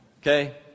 Okay